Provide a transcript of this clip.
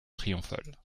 triomphale